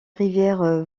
rivière